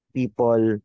people